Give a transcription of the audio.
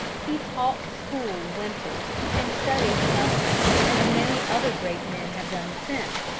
he taught school winters and studied summers, as many other great men have done since,